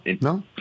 no